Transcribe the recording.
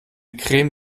creme